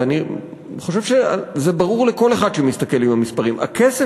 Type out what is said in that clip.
ואני חושב שזה ברור לכל אחד שמסתכל במספרים: הכסף